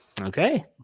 Okay